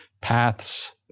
paths